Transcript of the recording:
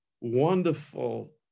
wonderful